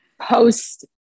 post